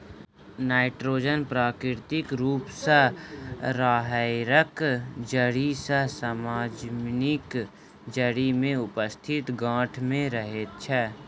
nitrogen प्राकृतिक रूप सॅ राहैड़क जड़ि आ सजमनिक जड़ि मे उपस्थित गाँठ मे रहैत छै